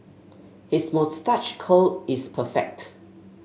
his moustache curl is perfect